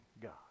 god